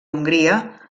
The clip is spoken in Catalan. hongria